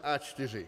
A4.